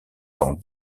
dans